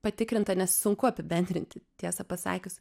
patikrinta nes sunku apibendrinti tiesą pasakius